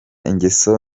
ingeso